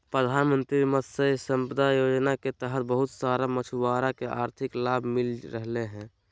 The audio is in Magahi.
प्रधानमंत्री मत्स्य संपदा योजना के तहत बहुत सारा मछुआरा के आर्थिक लाभ मिल रहलय हें